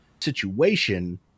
situation